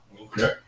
Okay